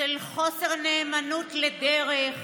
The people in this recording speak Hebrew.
של חוסר נאמנות לדרך,